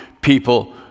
people